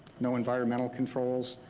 no environmental controls.